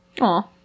Aw